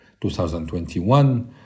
2021